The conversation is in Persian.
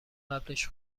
قبلش